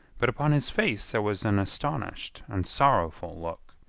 but upon his face there was an astonished and sorrowful look,